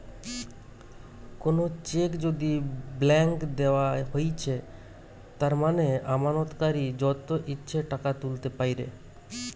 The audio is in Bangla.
কোনো চেক যদি ব্ল্যাংক দেওয়া হৈছে তার মানে আমানতকারী যত ইচ্ছে টাকা তুলতে পাইরে